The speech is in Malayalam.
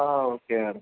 ആ ഓക്കെയാണ്